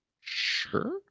sure